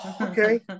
Okay